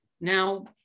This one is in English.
Now